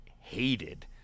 hated